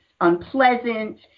unpleasant